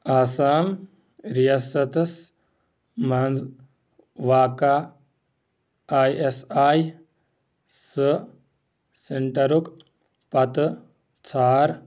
آسام ریاستس منٛز واقع آے ایٚس آے سُہ سیٚنٹرُک پتہٕ ژھار